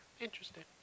Interesting